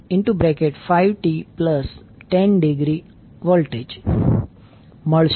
328 sin 5t10° V મળશે